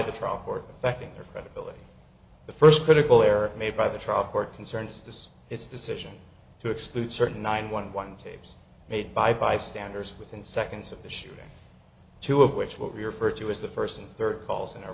backing their credibility the first critical error made by the trial court concerns this its decision to exclude certain nine one one tapes made by bystanders within seconds of the shooting two of which what we refer to as the first and third calls in our